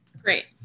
Great